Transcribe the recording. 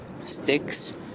sticks